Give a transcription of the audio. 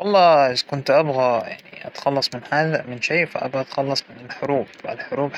أعتقد أن أسوء مشكلة عالمية صارت بعيداً عن الأوبئة التضخم الإقتصادى، هذا التضخم